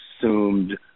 assumed